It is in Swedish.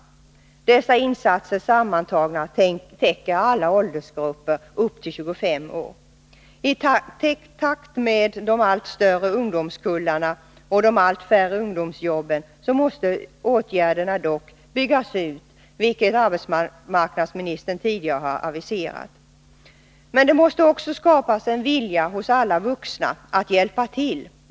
Dessa insatser sammantagna täcker alla åldersgrupper upp till 25 år. I takt med de allt större ungdomskullarna och de allt färre ”ungdomsjobben” måste åtgärderna dock byggas ut, vilket arbetsmarknadsministern tidigare har aviserat. Men det måste också skapas en vilja hos alla vuxna att hjälpa till.